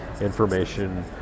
information